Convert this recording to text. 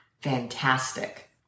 Fantastic